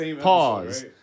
pause